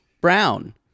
brown